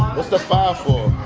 what's the five for?